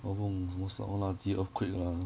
然后不懂什么垃圾 earthquake lah